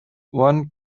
one